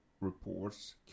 reports